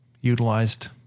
utilized